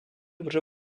вже